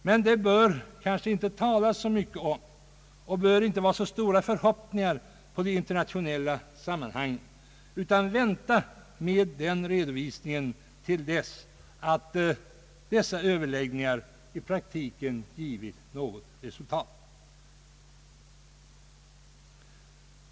Men det bör kanske inte talas så mycket om och ställas så stora förhoppningar på de internationella sammanhangen, utan man bör vänta med den redovisningen tills dessa överläggningar i praktiken givit något resultat.